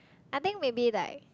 I think maybe like